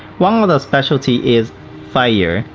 one of the specialty is fatayer,